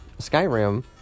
Skyrim